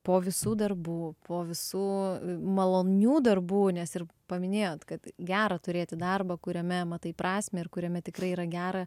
po visų darbų po visų malonių darbų nes ir paminėjot kad gera turėti darbą kuriame matai prasmę ir kuriame tikrai yra gera